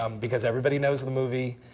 um because everybody knows the movie.